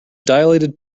dilated